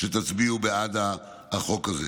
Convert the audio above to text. כשתצביעו בעד החוק הזה.